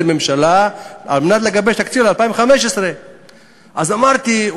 ממשלה על מנת לגבש את תקציב 2015. אז אמרתי,